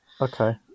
okay